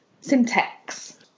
syntax